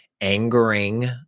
angering